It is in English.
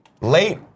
Late